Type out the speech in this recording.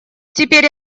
теперь